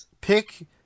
pick